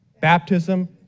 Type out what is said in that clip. Baptism